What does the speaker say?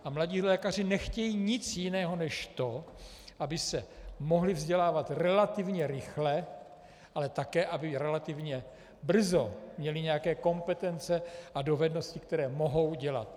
A mladí lékaři nechtějí nic jiného než to, aby se mohli vzdělávat relativně rychle, ale také, aby relativně brzo měli nějaké kompetence a dovednosti, které mohou dělat.